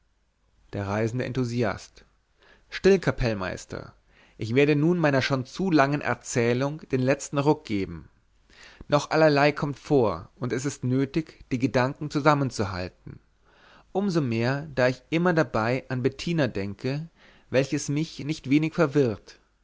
der reisende enthusiast still kapellmeister ich werde nun meiner schon zu langen erzählung den letzten ruck geben noch allerlei kommt vor und es ist nötig die gedanken zusammenzuhalten um so mehr da ich immer dabei an bettina denke welches mich nicht wenig verwirrt